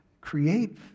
create